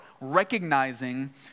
recognizing